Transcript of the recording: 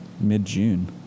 mid-June